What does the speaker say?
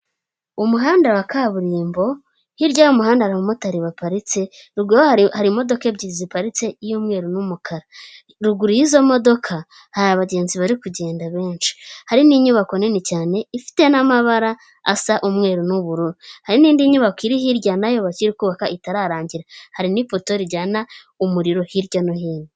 Umuhanda wa kaburimbo, hirya y'umuhanda hari abamotari baparitse ruguru ho hari imodoka ebyiri ziparitse iy'umweru n'umukara, ruguru y'izo modoka hari abagenzi bari kugenda benshi, hari n'inyubako nini cyane ifite n'amabara asa umweru n'ubururu, hari n'indi nyubako iri hirya nayo bakiri kubaka itararangira, hari n'ipoto rijyana umuriro hirya no hino.